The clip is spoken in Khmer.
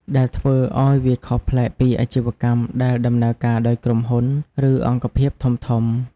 ដែលធ្វើឱ្យវាខុសប្លែកពីអាជីវកម្មដែលដំណើរការដោយក្រុមហ៊ុន ឬអង្គភាពធំៗ។